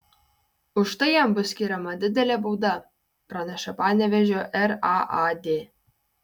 už tai jam bus skiriama didelė bauda praneša panevėžio raad